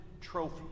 trophy